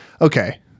okay